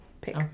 Pick